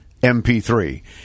MP3